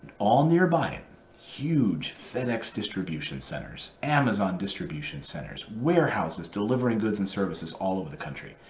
all nearby huge fedex distribution centers, amazon distribution centers, warehouses delivering goods and services all over the country.